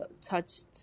touched